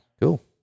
Cool